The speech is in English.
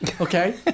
okay